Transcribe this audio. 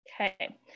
Okay